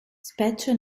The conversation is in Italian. specie